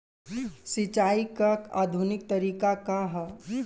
सिंचाई क आधुनिक तरीका का ह?